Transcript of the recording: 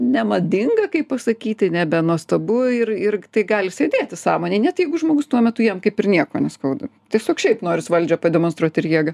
nemadinga kaip pasakyti nebenuostabu ir ir tai gali sėdėti sąmonėj net jeigu žmogus tuo metu jam kaip ir nieko neskauda tiesiog šiaip noris valdžią pademonstruot ir jėgą